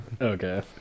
Okay